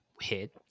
hit